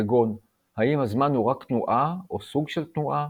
כגון האם הזמן הוא רק תנועה או סוג של תנועה,